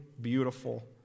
Beautiful